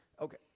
Okay